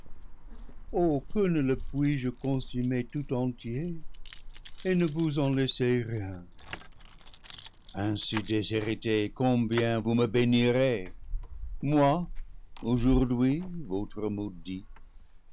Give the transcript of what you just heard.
que ne le puis-je consumer tout entier et ne vous en laisser rien ainsi déshérités combien vous me bénirez moi aujour d'hui votre maudit